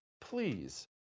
Please